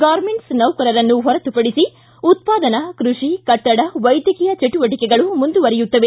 garments ನೌಕರರನ್ನು ಹೊರತುಪಡಿಸಿ ಉತ್ಪಾದನಾ ಕೃಷಿ ಕಟ್ಟಡ ವೈದ್ಯಕೀಯ ಚಟುವಟಕೆಗಳು ಮುಂದುವರಿಯುತ್ತವೆ